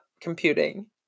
computing